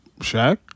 Shaq